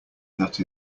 that